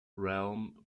realm